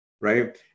Right